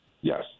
Yes